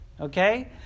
Okay